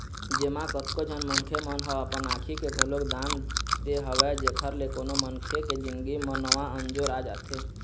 जेमा कतको झन मनखे मन ह अपन आँखी के घलोक दान दे हवय जेखर ले कोनो मनखे के जिनगी म नवा अंजोर आ जाथे